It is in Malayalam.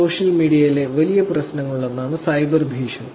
സോഷ്യൽ മീഡിയയിലെ വലിയ പ്രശ്നങ്ങളിലൊന്നാണ് സൈബർ ഭീഷണി